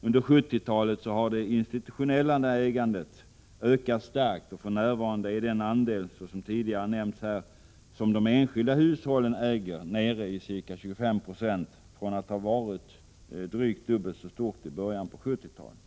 Under 1970-talet har det institutionella ägandet ökat kraftigt, och för närvarande är, såsom tidigare nämnts i debatten, den andel som de enskilda hushållen äger nere i ca 25 Yo från att ha varit drygt dubbelt så stor i början av 1970-talet.